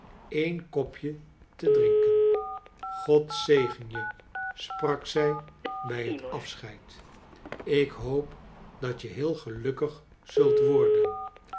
een i kopje te drinken od zegen je sprak zij bij het afscheid ik hoop j dat je heel gelukkig zult worden